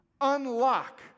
Unlock